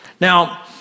Now